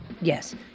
Yes